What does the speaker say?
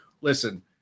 Listen